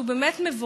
והוא באמת מבורך,